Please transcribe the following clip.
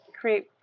create